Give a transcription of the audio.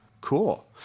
Cool